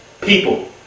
people